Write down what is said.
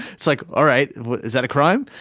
it's like. all right. is that a crime?